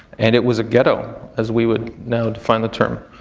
and, it was a ghetto as we would now define the term.